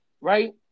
right